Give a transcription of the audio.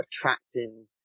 attracting